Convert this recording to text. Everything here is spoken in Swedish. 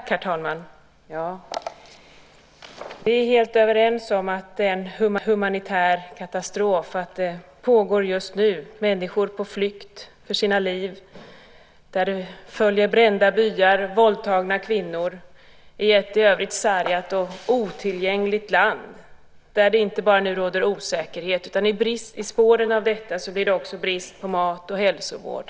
Herr talman! Vi är helt överens om att det pågår en humanitär katastrof. Människor är på flykt för sina liv. I spåren följer brända byar och våldtagna kvinnor i ett i övrigt sargat och otillgängligt land. Det råder inte bara osäkerhet utan också brist på mat och hälsovård.